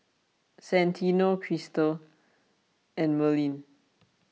Santino Cristal and Merlin